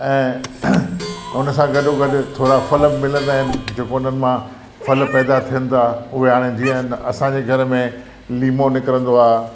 ऐं हुन सां गॾो गॾ थोरा फल बि मिलंदा आहिनि जेको उन्हनि मां फल पैदा थियनि ता उहे हाणे जीअं असांजे घर में लीमो निकिरंदो आहे